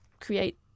create